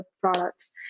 products